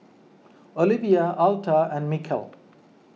Olivia Alta and Mikel